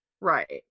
Right